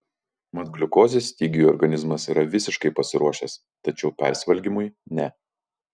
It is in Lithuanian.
mat gliukozės stygiui organizmas yra visiškai pasiruošęs tačiau persivalgymui ne